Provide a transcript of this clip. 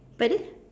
pardon